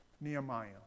Nehemiah